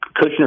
Kushner